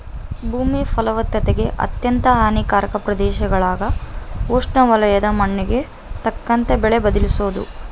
ಭೂಮಿ ಫಲವತ್ತತೆಗೆ ಅತ್ಯಂತ ಹಾನಿಕಾರಕ ಪ್ರದೇಶಗುಳಾಗ ಉಷ್ಣವಲಯದ ಮಣ್ಣಿಗೆ ತಕ್ಕಂತೆ ಬೆಳೆ ಬದಲಿಸೋದು